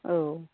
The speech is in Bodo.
औ